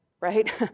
Right